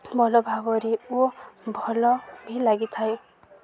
ଭଲ ଭାବରେ ଓ ଭଲ ବି ଲାଗିଥାଏ